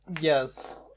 Yes